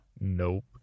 Nope